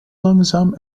langzaam